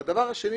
והדבר השני,